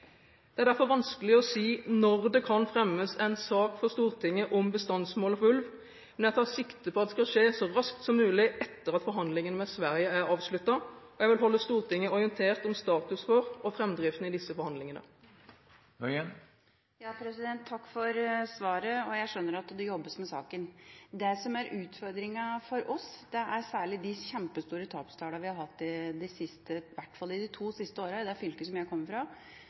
Det er derfor vanskelig å si når det kan fremmes en sak for Stortinget om bestandsmålet for ulv, men jeg tar sikte på at det skal skje så raskt som mulig etter at forhandlingene med Sverige er avsluttet. Jeg vil holde Stortinget orientert om status for og framdriften i disse forhandlingene. Takk for svaret. Jeg skjønner at det jobbes med saken. Det som er utfordringa for oss, er særlig de kjempestore tapstallene vi har hatt i hvert fall i de to siste årene i det fylket som jeg kommer fra.